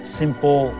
simple